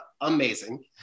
amazing